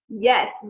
Yes